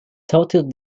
total